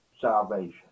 salvation